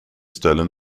stolen